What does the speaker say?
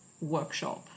workshop